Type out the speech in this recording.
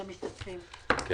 אני